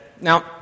Now